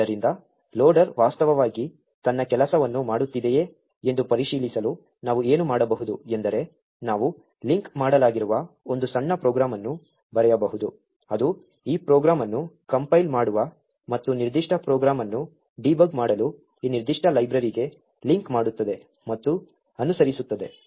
ಆದ್ದರಿಂದ ಲೋಡರ್ ವಾಸ್ತವವಾಗಿ ತನ್ನ ಕೆಲಸವನ್ನು ಮಾಡುತ್ತಿದೆಯೇ ಎಂದು ಪರಿಶೀಲಿಸಲು ನಾವು ಏನು ಮಾಡಬಹುದು ಎಂದರೆ ನಾವು ಲಿಂಕ್ ಮಾಡಲಾಗಿರುವ ಒಂದು ಸಣ್ಣ ಪ್ರೋಗ್ರಾಂ ಅನ್ನು ಬರೆಯಬಹುದು ಅದು ಈ ಪ್ರೋಗ್ರಾಂ ಅನ್ನು ಕಂಪೈಲ್ ಮಾಡುವ ಮತ್ತು ನಿರ್ದಿಷ್ಟ ಪ್ರೋಗ್ರಾಂ ಅನ್ನು ಡೀಬಗ್ ಮಾಡಲು ಈ ನಿರ್ದಿಷ್ಟ ಲೈಬ್ರರಿಗೆ ಲಿಂಕ್ ಮಾಡುತ್ತದೆ ಮತ್ತು ಅನುಸರಿಸುತ್ತದೆ